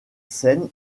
scène